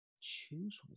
Choose